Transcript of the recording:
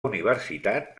universitat